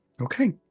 Okay